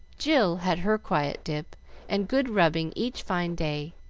jill had her quiet dip and good rubbing each fine day,